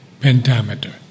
pentameter